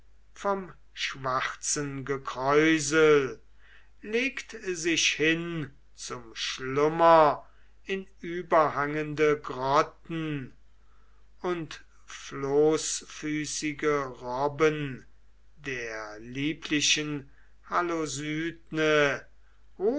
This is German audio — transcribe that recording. vom schwarzen gekräusel legt sich hin zum schlummer in überhangende grotten und floßfüßige robben der lieblichen halosydne